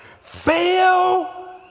fail